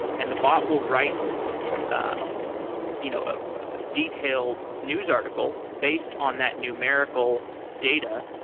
and the bot will write a you know a detailed news article based on that numerical data.